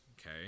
okay